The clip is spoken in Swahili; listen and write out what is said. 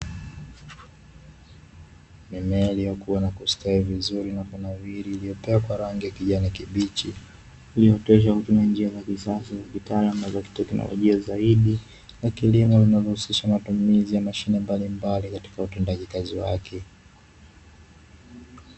Mimea iliyokua na kustawi vizuri na kunawiri iliyopakwa rangi ya kijani kibichi iliyooteshwa kutumia njia za kisasa na kitaalamu na za kiteknolojia zaidi ya kilimo zinazohusisha matumizi ya mashine mbalimbali katika utendaji kazi wake.